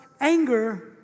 anger